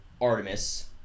Artemis